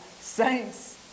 saints